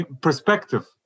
Perspective